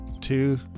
two